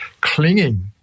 clinging